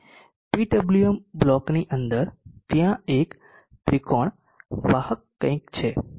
તેથી PWM બ્લોકની અંદર ત્યાં એક ત્રિકોણ વાહક કંઈક છે